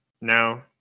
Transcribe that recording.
No